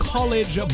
College